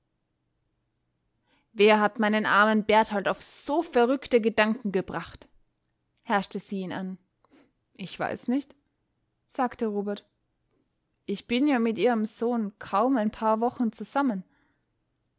wer hat meinen armen berthold auf so verrückte gedanken gebracht herrschte sie ihn an ich weiß es nicht sagte robert ich bin ja mit ihrem sohn kaum ein paar wochen zusammen